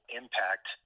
impact